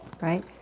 right